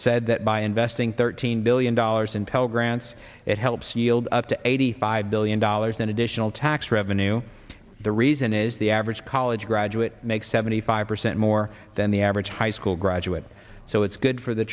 said that by investing thirteen billion dollars in pell grants it helps yelled up to eighty five billion dollars in additional tax revenue the reason is the average college graduate makes seventy five percent more than the average high school graduate so it's good for the